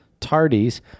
Tardies